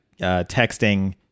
texting